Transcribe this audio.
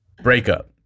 Breakup